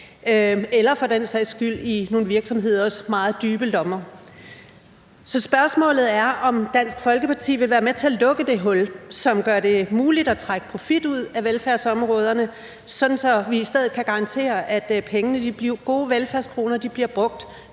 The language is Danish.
eller for den sags skyld i nogle virksomheders meget dybe lommer. Spørgsmålet er, om Dansk Folkeparti vil være med til at lukke det hul, som gør det muligt at trække profit ud af velfærdsområderne, så vi i stedet for kan garantere, at pengene, de gode velfærdskroner, bliver brugt